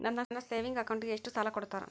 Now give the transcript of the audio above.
ನನ್ನ ಸೇವಿಂಗ್ ಅಕೌಂಟಿಗೆ ಎಷ್ಟು ಸಾಲ ಕೊಡ್ತಾರ?